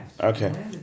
Okay